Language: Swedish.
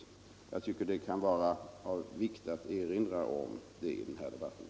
Det kan vara av vikt att erinra om det i den här debatten.